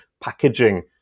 packaging